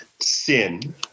sin